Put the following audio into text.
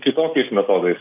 kitokiais metodais